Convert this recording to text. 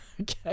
Okay